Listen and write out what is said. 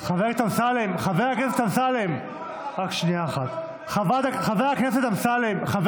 חבר הכנסת אמסלם, חבר הכנסת אמסלם, רק שנייה אחת.